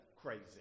crazy